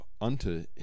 unto